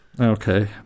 Okay